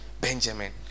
Benjamin